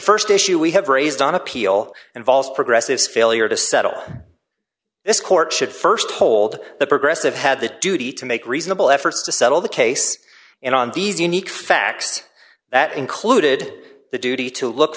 the st issue we have raised on appeal involves progressive's failure to settle this court should st hold the progressive had the duty to make reasonable efforts to settle the case and on these unique facts that included the duty to look